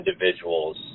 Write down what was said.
individuals